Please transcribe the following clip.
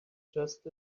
just